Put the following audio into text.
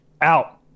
Out